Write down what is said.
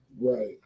Right